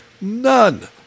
none